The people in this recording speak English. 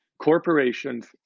Corporations